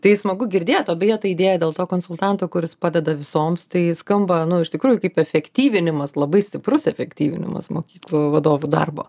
tai smagu girdėt o beje ta idėja dėl to konsultanto kuris padeda visoms tai skamba nu iš tikrųjų kaip efektyvinimas labai stiprus efektyvinimas mokyklų vadovų darbo